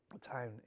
town